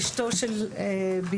אשתו של בנימין,